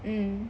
mm